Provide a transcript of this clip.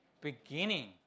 beginning